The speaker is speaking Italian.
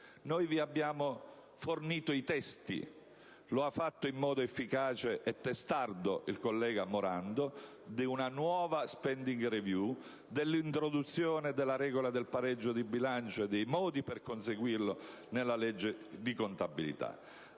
Noi vi abbiamo fornito i testi (lo ha fatto in modo efficace e testardo il collega Morando) di una nuova *spending review*, dell'introduzione della regola del pareggio del bilancio e dei modi per conseguirlo nella legge di contabilità.